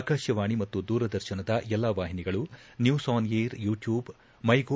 ಆಕಾಶವಾಣಿ ಮತ್ತು ದೂರದರ್ಶನದ ಎಲ್ಲಾ ವಾಹಿನಿಗಳು news on air YouTube my gov